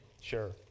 Sure